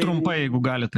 trumpai jeigu galit